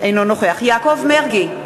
אינו נוכח יעקב מרגי,